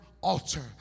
altar